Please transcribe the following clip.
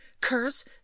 Curse